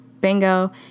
bingo